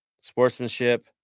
Sportsmanship